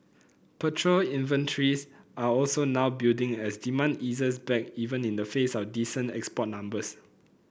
petrol inventories are also now building as demand eases back even in the face of decent export numbers